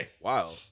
Wow